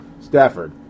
Stafford